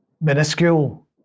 minuscule